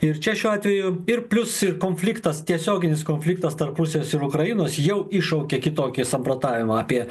ir čia šiuo atveju ir plius ir konfliktas tiesioginis konfliktas tarp rusijos ir ukrainos jau iššaukia kitokį samprotavimą apie